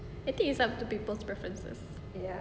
I think it's up to people preferences